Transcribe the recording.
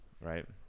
Right